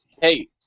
Hey